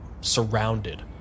surrounded